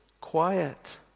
quiet